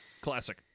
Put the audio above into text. Classic